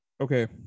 okay